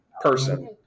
person